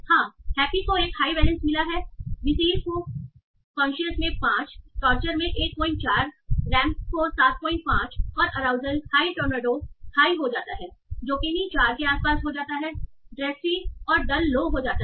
हां हैप्पी को एक हाई वैलेंस मिला है विसील को कॉन्शियस में 5 टॉर्चर में 14 हो जाता है रैंपेज को 75 और अराउजल हाई टोरनैडो हाई हो जाता है जोकीनी 4 के आसपास हो जाता है ड्रेससी और डल लो हो जाता है